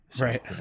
Right